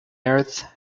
earth